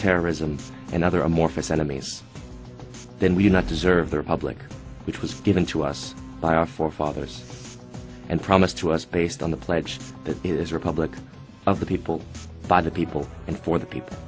terrorism and other amorphous enemies then we do not deserve the republic which was given to us by our forefathers and promised to us based on the pledge that is republic of the people by the people and for the